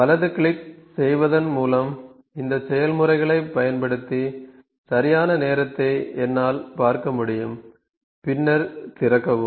வலது கிளிக் செய்வதன் மூலம் இந்த செயல்முறைகளைப் பயன்படுத்தி சரியான நேரத்தை என்னால் பார்க்க முடியும் பின்னர் திறக்கவும்